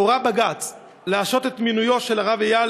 הורה בג"ץ להשהות את מינויו של הרב אייל